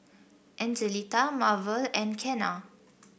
Angelita Marvel and Kenna